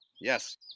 yes